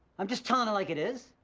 i'm just telling it like it is.